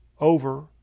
over